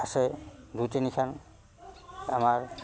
আছে দুই তিনিখন আমাৰ